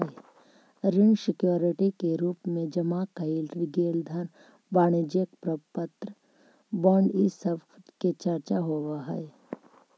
ऋण सिक्योरिटी के रूप में जमा कैइल गेल धन वाणिज्यिक प्रपत्र बॉन्ड इ सब के चर्चा होवऽ हई